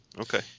Okay